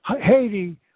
Haiti